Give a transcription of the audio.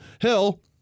Hill